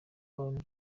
bonne